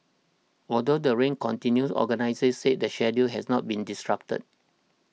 although the rain continued organisers said the schedule has not been disrupted